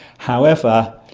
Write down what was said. however,